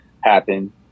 happen